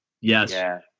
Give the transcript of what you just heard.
Yes